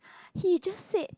he just said